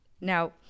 Now